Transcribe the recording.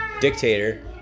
dictator